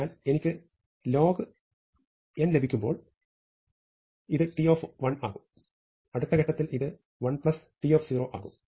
അതിനാൽ എനിക്ക് log2 ലഭിക്കുമ്പോൾ ഇത് T ആകും അടുത്ത ഘട്ടത്തിൽ ഇത് 1T ആകും